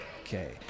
Okay